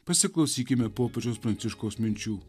pasiklausykime popiežiaus pranciškaus minčių